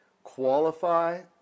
qualify